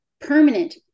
permanent